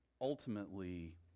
Ultimately